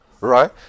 right